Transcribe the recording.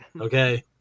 okay